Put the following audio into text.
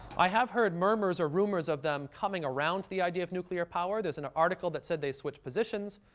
i have heard murmurs or rumors of them coming around to the idea of nuclear power. there's an article that said they switched positions,